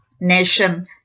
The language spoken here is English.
nation